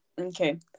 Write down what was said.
Okay